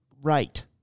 right